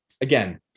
again